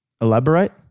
Elaborate